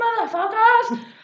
motherfuckers